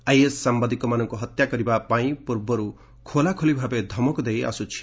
is ସାମ୍ଘାଦିକମାନଙ୍କୁ ହତ୍ୟା କରିବା ପାଇଁ ପୂର୍ବରୁ ଖୋଲାଖୋଲି ଭାବେ ଧମକ ଦେଇ ଆସୁଛି